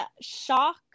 shock